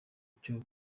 cyo